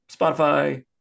Spotify